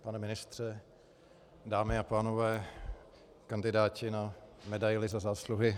Pane ministře, dámy a pánové, kandidáti na medaili Za zásluhy.